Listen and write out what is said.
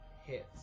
hits